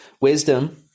Wisdom